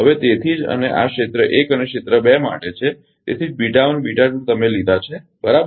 હવે તેથી જ અને આ ક્ષેત્ર 1 અને ક્ષેત્ર 2 માટે છે તેથી જ તમે લીધા છે બરાબર